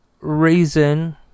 reason